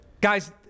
Guys